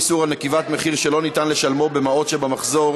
איסור על נקיבת מחיר שלא ניתן לשלמו במעות שבמחזור),